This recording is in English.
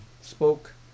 spoke